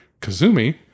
Kazumi